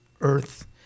earth